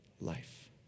life